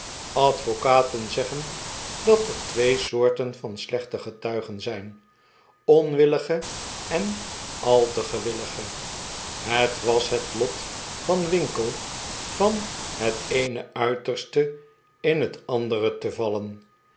advocaten zeggen dat er twee soorten van slechte getuigen zijn onwillige en al te gewillige het was het lot van winkle van het eene uiterste in het andere te vallen